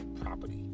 property